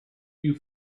you